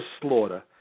slaughter